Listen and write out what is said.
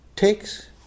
takes